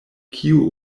kiu